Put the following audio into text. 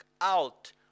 out